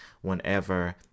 whenever